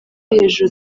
hejuru